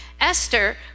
Esther